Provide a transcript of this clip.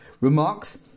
remarks